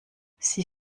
sie